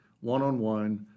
one-on-one